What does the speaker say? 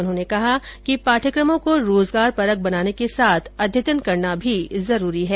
उन्होंने कहा कि पाठ्यक्रमों को रोजगारपरक बनाने के साथ अद्यतन करना भी जरुरी है